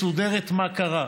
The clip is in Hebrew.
מסודרת, מה קרה,